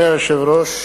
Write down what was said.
אדוני היושב-ראש,